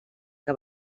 que